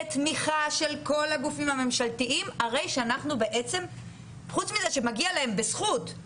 בתמיכה של כל הגופים הממשלתיים חוץ מזה שמגיע להן בזכות,